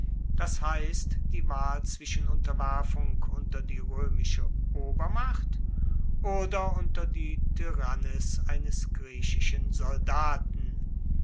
das heisst die wahl zwischen unterwerfung unter die roemische obermacht oder unter die tyrannis eines griechischen soldaten